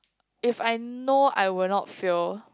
if I know I will not fail